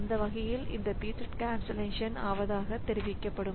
அந்த வகையில் இந்த pthread கன்சல்லேஷன் ஆவதாக தெரிவிக்கப்படும்